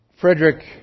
Frederick